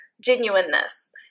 genuineness